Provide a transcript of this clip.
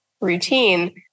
routine